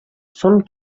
són